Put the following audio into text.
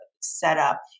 setup